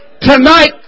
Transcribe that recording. Tonight